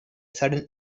sudden